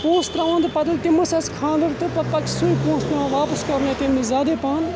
پونٛسہٕ ترٛاوان تہٕ پَتہٕ تِم ہَسا آسہِ خاندرُک تہٕ پَتہٕ چھِ سُے پونٛسہٕ تُلان واپَس کَرُن یا تَمہِ زیادَے پَہَم